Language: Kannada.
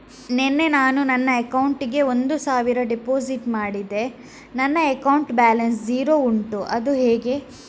ನಿನ್ನೆ ನಾನು ನನ್ನ ಅಕೌಂಟಿಗೆ ಒಂದು ಸಾವಿರ ಡೆಪೋಸಿಟ್ ಮಾಡಿದೆ ನನ್ನ ಅಕೌಂಟ್ ಬ್ಯಾಲೆನ್ಸ್ ಝೀರೋ ಉಂಟು ಅದು ಹೇಗೆ?